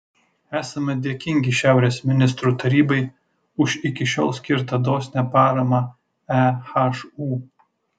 esame dėkingi šiaurės ministrų tarybai už iki šiol skirtą dosnią paramą ehu